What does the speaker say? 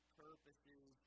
purposes